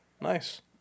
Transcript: Nice